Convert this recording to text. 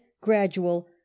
gradual